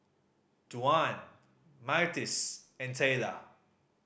Duane Myrtis and Tayla